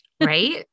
Right